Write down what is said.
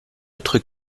autre